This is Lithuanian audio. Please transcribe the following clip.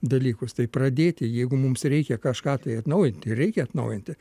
dalykus tai pradėti jeigu mums reikia kažką tai atnaujinti ir reikia atnaujinti